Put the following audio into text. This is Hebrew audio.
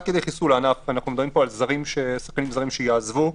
אנחנו מדברים על שחקנים זרים שיעזבו,